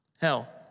hell